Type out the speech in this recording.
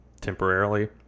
temporarily